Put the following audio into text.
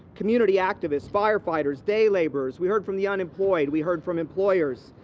community activists, firefighters, day laborers we heard from the unemployed. we heard from employers,